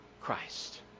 Christ